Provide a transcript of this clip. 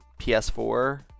ps4